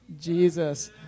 Jesus